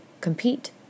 compete